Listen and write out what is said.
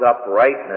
uprightness